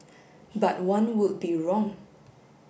but one would be wrong